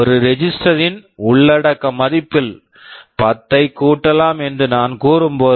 ஒரு register register ன் உள்ளடக்க மதிப்பில் 10 ஐ கூட்டலாம் என்று நான் கூறும்போது